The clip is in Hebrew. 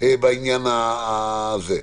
בעניין הזה?